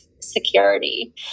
security